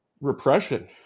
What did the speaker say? repression